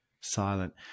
silent